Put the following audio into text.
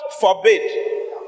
forbid